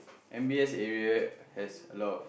M_B_S area has a lot